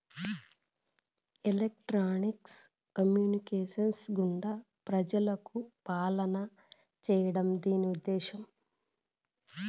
electronics communications గుండా ప్రజలకు పాలన చేయడం దీని ఉద్దేశం